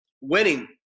winning